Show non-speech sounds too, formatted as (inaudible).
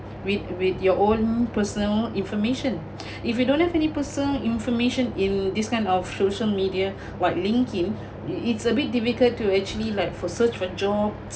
with with your own personal information (breath) if you don't have any personal information in this kind of social media (breath) while linkedin (breath) it's a bit difficult to actually like for search for job